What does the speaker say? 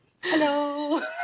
Hello